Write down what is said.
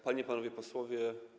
Panie i Panowie Posłowie!